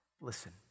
Listen